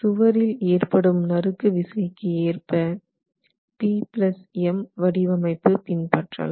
சுவரில் ஏற்படும் நறுக்கு விசைக்கு ஏற்ப PM வடிவமைப்பு பின்பற்றலாம்